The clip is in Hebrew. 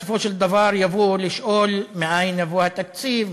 בסופו של דבר יבואו לשאול: מאין יבוא התקציב,